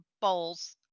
bowls